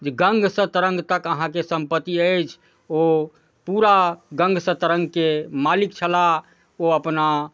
जे गङ्गसँ तरङ्ग तक अहाँके सम्पति अछि ओ पूरा गङ्गसँ तरङ्गके मालिक छलाह ओ अपना